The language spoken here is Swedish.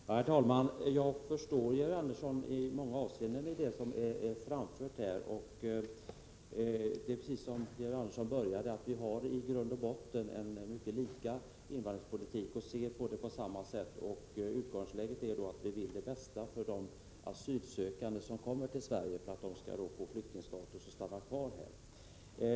Herr talman! Jag förstår Georg Andersson i många avseenden när det gäller det som framförts här. Det är som Georg Andersson sade i början av sitt anförande, att vi har i grund och botten en mycket lika invandringspolitik och ser problemen på samma sätt. Utgångsläget är då att vi vill det bästa för de asylsökande som kommer till Sverige — att de skall få flyktingstatus och kunna stanna här.